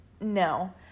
no